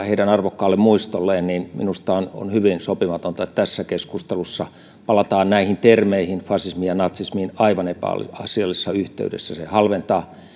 heidän arvokkaalle muistolleen niin minusta on on hyvin sopimatonta että tässä keskustelussa palataan näihin termeihin fasismiin ja natsismiin aivan epäasiallisessa yhteydessä se halventaa